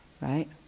right